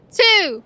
two